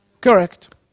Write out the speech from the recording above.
Correct